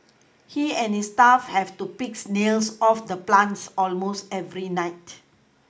he and his staff have to pick snails off the plants almost every night